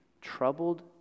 troubled